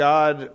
God